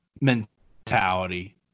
mentality